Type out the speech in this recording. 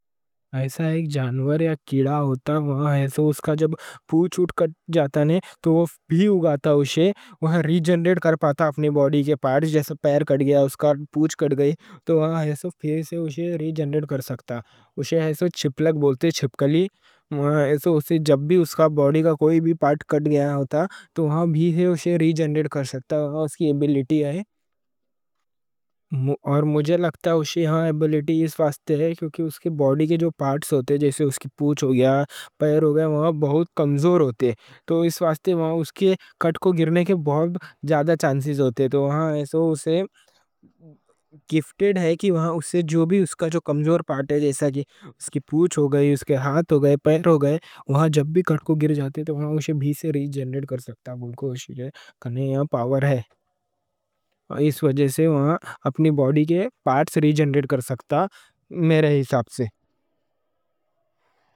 ایسا ایک جانور یا کیڑا ہوتا، اس کا جب پونچھ کٹ جاتا نئیں تو وہ اُگاتا اُسے۔ وہ ری جنریٹ کر پاتا اپنی باڈی کے پارٹس۔ جیسے پیر کٹ گیا، اس کا پونچھ کٹ گئی، تو وہ پھر اُسے ری جنریٹ کر سکتا۔ اسے چھپکلی بولتے۔ چھپکلی، اس کا جب بھی باڈی کا کوئی بھی پارٹ کٹ گیا ہوتا تو وہ بھی اُسے ری جنریٹ کر سکتا، اس کی ایبلیٹی ہے۔ اور مجھے لگتا اس کی ایبلیٹی اس واسطے ہے کہ اس کے باڈی کے جو پارٹس ہوتے، جیسے اس کی پونچھ ہوگیا، پیر ہوگیا، وہ بہت کمزور رہتے۔ تو اس واسطے ان کے کٹ کوں گرنے کے بہت زیادہ چانسز رہتے۔ تو وہ ایسے گفٹڈ ہے کہ اس کا جو بھی کمزور پارٹ ہے، جیسے کہ اس کی پونچھ ہوگئی، اس کے ہاتھ ہوگئے، پیر ہوگئے، وہ جب بھی کٹ کوں گر جاتے تو وہ اُسے بھی ری جنریٹ کر سکتا۔ کِنّی پاور ہے، اس وجہ سے وہ اپنی باڈی کے پارٹس ری جنریٹ کر سکتا، میرے حساب سے۔